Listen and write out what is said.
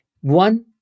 one